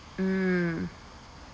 mm